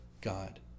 God